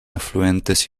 afluentes